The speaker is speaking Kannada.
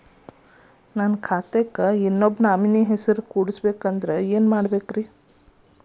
ನನ್ನ ಖಾತೆಕ್ ಇನ್ನೊಬ್ಬ ಫಲಾನುಭವಿ ಹೆಸರು ಕುಂಡರಸಾಕ ಏನ್ ಮಾಡ್ಬೇಕ್ರಿ?